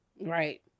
Right